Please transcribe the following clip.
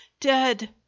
Dead